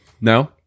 No